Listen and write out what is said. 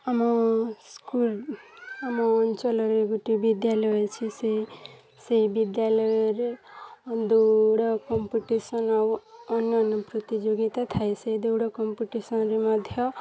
ଆମ ସ୍କୁଲ୍ ଆମ ଅଞ୍ଚଳରେ ଗୋଟେ ବିଦ୍ୟାଳୟ ଅଛି ସେ ସେଇ ବିଦ୍ୟାଳୟରେ ଦୌଡ଼ କମ୍ପିଟିସନ୍ ଆଉ ଅନ୍ୟନ ପ୍ରତିଯୋଗିତା ଥାଏ ସେଇ ଦୌଡ଼ କମ୍ପିଟିସନ୍ରେ ମଧ୍ୟ